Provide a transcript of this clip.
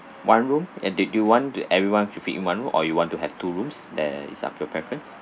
one room and did you want everyone to fit in one room or you want to have two rooms that is up to your preference